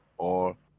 or,